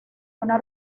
una